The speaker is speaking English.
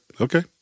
Okay